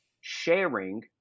sharing